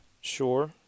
Sure